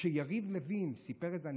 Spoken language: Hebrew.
יריב לוין סיפר את זה,